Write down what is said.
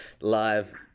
live